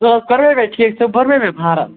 سُہ حظ کوٚرمےَ مےٚ ٹھیٖک سُہ حظ بوٚرمےَ مےٚ فارٕم